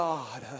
God